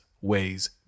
ways